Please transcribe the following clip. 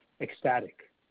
ecstatic